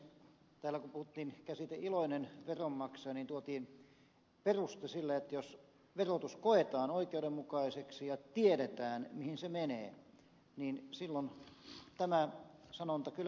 kun täällä puhuttiin käsitteestä iloinen veronmaksaja niin tuotiin peruste sille että jos verotus koetaan oikeudenmukaiseksi ja tiedetään mihin se menee niin silloin tämä sanonta kyllä pitää paikkansa